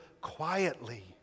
quietly